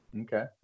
Okay